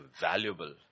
valuable